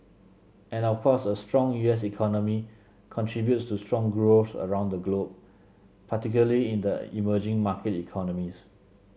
and of course a strong U S economy contributes to strong growth around the globe particularly in the emerging market economies